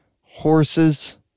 horses